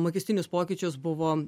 mokestinius pokyčius buvo